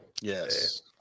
Yes